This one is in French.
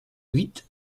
huit